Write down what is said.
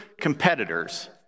competitors